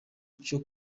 cyo